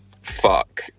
fuck